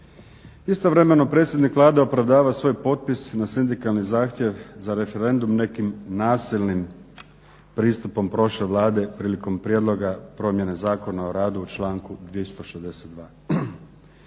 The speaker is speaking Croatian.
Istovremeno predsjednik Vlade opravdava svoj potpis na sindikalni zahtjev za referendum nekim nasilnim pristupom prošle Vlade prilikom prijedloga promjene Zakona o radu u članku 362.